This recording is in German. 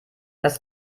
das